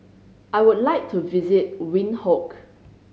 I would like to visit Windhoek